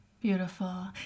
Beautiful